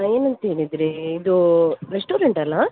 ಏನಂತಹೇಳಿದ್ರೆ ಇದು ರೆಸ್ಟೋರೆಂಟ್ ಅಲ್ಲಾ